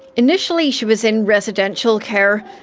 initially she was in residential care,